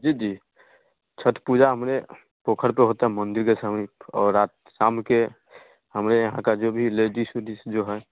जी जी छठ पूजा हमारे पोखर पर होती है मंदिर के सामने और रात शाम के हमारे यहाँ की जो भी लेडीस उडीस जो है